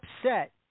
upset